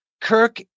Kirk